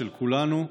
של כולנו,